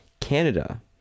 canada